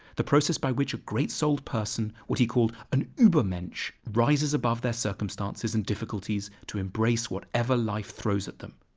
the process by which a great-souled person what he called an ubermensch rises above their circumstances and difficulties to embrace whatever life throws at them.